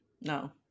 No